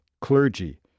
clergy